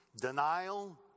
denial